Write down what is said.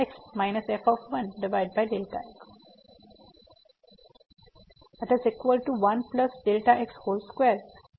તેથી તે 1 3Δ x આવી રહ્યું હતું અને Δ x દ્વારા વિભાજીત કરેલું હતું અને પછી અહીં બાદબાકી કરતા આ f 1 છે